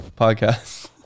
podcast